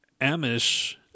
Amish